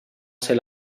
ser